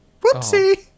Whoopsie